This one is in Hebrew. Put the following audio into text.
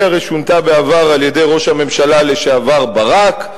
היא הרי שונתה בעבר על-ידי ראש הממשלה לשעבר ברק.